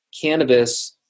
cannabis